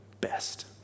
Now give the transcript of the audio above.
best